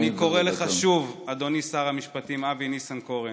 אני קורא לך שוב, אדוני שר המשפטים אבי ניסנקורן,